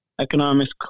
economics